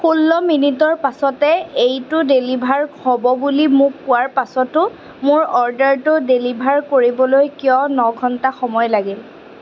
ষোল্ল মিনিটৰ পাছতে এইটো ডেলিভাৰ হ'ব বুলি মোক কোৱাৰ পাছতো মোৰ অৰ্ডাৰটো ডেলিভাৰ কৰিবলৈ কিয় ন ঘণ্টা সময় লাগিল